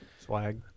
Swag